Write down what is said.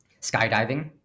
Skydiving